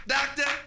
Doctor